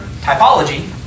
typology